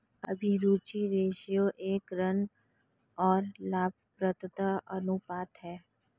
अभिरुचि रेश्यो एक ऋण और लाभप्रदता अनुपात है